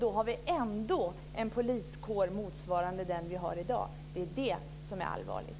Då har vi ändå bara en poliskår motsvarande den vi har i dag. Det är det som är allvarligt.